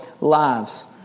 lives